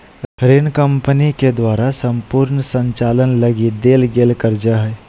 ऋण कम्पनी के द्वारा सम्पूर्ण संचालन लगी देल गेल कर्जा हइ